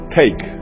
take